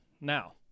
Now